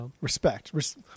Respect